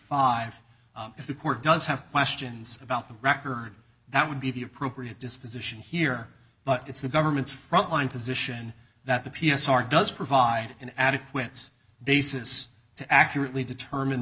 five if the court does have questions about the record that would be the appropriate disposition here but it's the government's frontline position that the p s r does provide an adequate basis to accurately determine